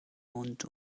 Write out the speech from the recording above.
mund